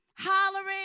hollering